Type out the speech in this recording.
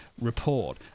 report